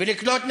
ולקלוט נשים,